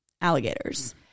Alligators